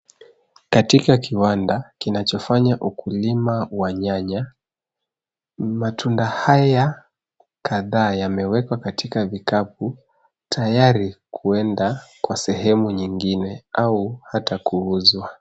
Katika kiwanda, kinachofanya ukulima wa nyanya, matunda haya kadhaa yamewekwa kwatika vikapu, tayari kuenda kwa sehemu nyingine au ata kuuzwa.